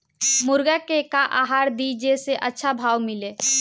मुर्गा के का आहार दी जे से अच्छा भाव मिले?